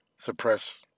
suppress